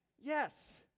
Yes